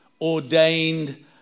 ordained